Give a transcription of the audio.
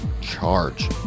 charge